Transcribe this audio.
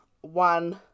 one